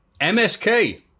MSK